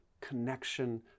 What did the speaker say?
connection